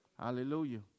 Hallelujah